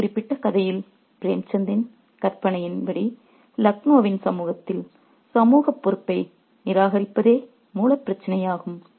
இந்த குறிப்பிட்ட கதையில் பிரேம்சந்தின் கற்பனையின் படி லக்னோவின் சமூகத்தில் சமூகப் பொறுப்பை நிராகரிப்பதே மூலப் பிரச்சினையாகும்